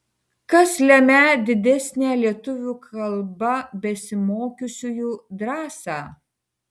kas lemią didesnę lietuvių kalba besimokiusiųjų drąsą